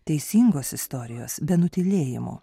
teisingos istorijos be nutylėjimų